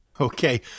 Okay